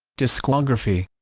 discography